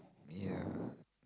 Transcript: yeah